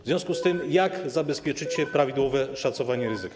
W związku z tym jak zabezpieczycie prawidłowe szacowanie ryzyka?